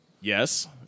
yes